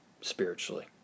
spiritually